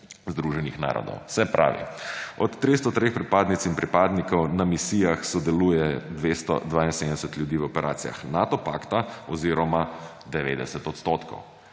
združenih narodov. Se pravi, od 303 pripadnic in pripadnikov na misijah sodeluje 272 ljudi v operacijah Nato pakta oziroma 90 odstotkov.